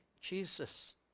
Jesus